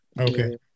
Okay